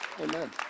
Amen